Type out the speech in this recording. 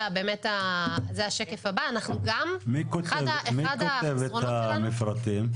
מי כותב את המפרטים?